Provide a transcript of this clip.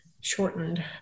shortened